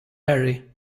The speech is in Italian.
harry